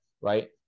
right